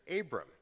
Abram